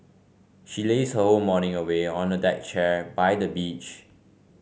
she lazed her whole morning away on a deck chair by the beach